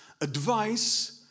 Advice